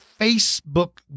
Facebook